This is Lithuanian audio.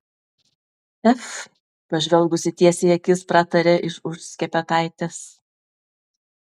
ef pažvelgusi tiesiai į akis pratarė iš už skepetaitės